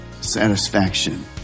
satisfaction